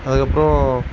அதுக்கப்புறோம்